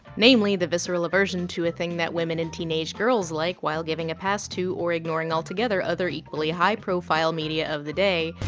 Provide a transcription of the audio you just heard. namely the visceral aversion to a thing that women and teenage girls like while giving a pass to or ignoring altogether other equally high profile media of the day